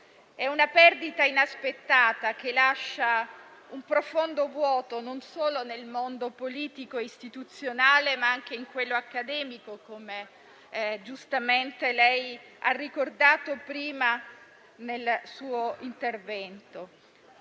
È una perdita inaspettata che lascia un profondo vuoto non solo nel mondo politico-istituzionale, ma anche in quello accademico, come giustamente lei ha ricordato prima nel suo intervento.